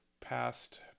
past